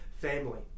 family